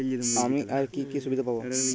আমি আর কি কি সুবিধা পাব?